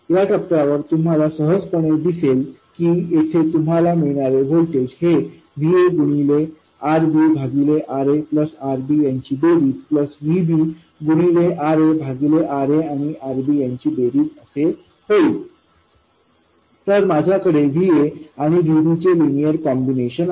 या टप्प्यावर तुम्हाला सहजपणे दिसेल की येथे तुम्हाला मिळणारे व्होल्टेज हे Va गुणिले Rbभागिले Raआणि Rbयांची बेरीज प्लस Vb गुणिले Raभागिले Raआणि Rbयांची बेरीज असे होईल तर माझ्याकडेVaआणिVbचे लिनियर कॉम्बिनेशन आहे